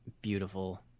beautiful